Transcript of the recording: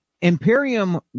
imperium